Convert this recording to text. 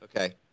Okay